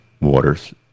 Waters